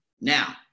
Now